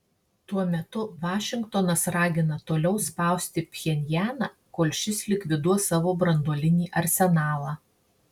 tuo metu vašingtonas ragina toliau spausti pchenjaną kol šis likviduos savo branduolinį arsenalą